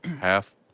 half